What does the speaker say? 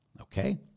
Okay